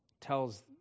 tells